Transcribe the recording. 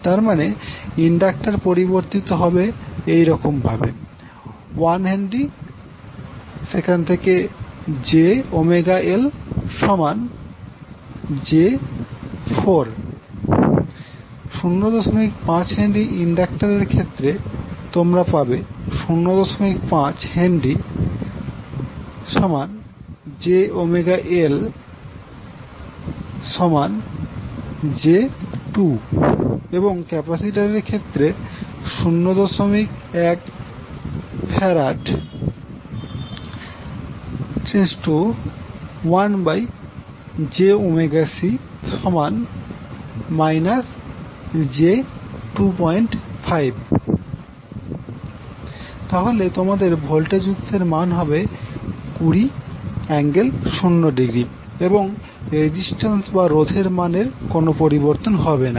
তার মানে ইন্ডাক্টর পরিবর্তিত হবে এইরকম ভাবে 1H ⇒ jωL j4 05 henry inductor এর ক্ষেত্রে তোমরা পাবে05H ⇒ jωL j2 এবং ক্যাপাসিটর এর ক্ষেত্রে তাহলে তোমাদের ভোল্টেজ উৎসের মান হবে 20∠0° এবং রেজিস্ট্যান্স বা রোধ এর মানের কোনো পরিবর্তন হবে না